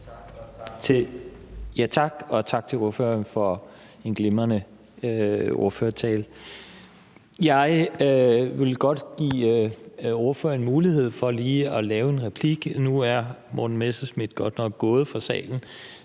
Tak, og tak til ordføreren for en glimrende ordførertale. Jeg vil godt give ordføreren mulighed for lige at komme med en replik. Nu er Morten Messerschmidt godt nok gået fra salen,